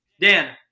dan